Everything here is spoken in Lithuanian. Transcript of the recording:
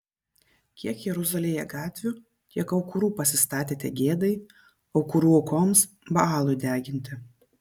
kiek jeruzalėje gatvių tiek aukurų pasistatėte gėdai aukurų aukoms baalui deginti